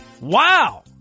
Wow